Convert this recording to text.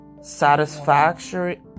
satisfactory